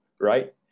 right